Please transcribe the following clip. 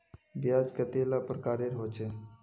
ब्याज कतेला प्रकारेर होचे?